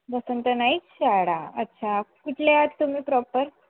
वसंत नाईक शाळा अच्छा कुठल्या आहात तुम्ही प्रॉपर